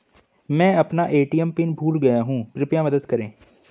मैं अपना ATM PIN भूल गया हूँ कृपया मदद करें